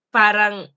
parang